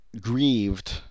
grieved